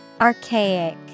Archaic